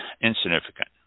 insignificant